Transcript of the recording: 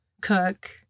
cook